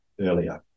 earlier